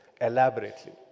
elaborately